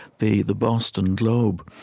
the the boston globe,